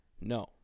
No